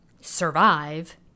survive